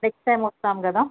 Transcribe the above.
next time వస్తాను కదా